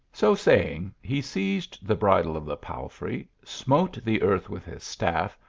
so saying, he seized the bridle of the palfrey, smote the earth with his staff,